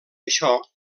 això